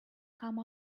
come